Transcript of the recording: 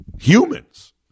humans